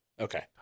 Okay